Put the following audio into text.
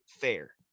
fair